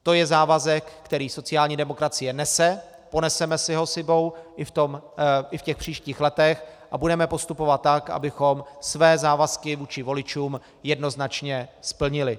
To je závazek, který sociální demokracie nese, poneseme si ho s sebou i v těch příštích letech a budeme postupovat tak, abychom své závazky vůči voličům jednoznačně splnili.